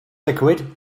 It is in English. liquid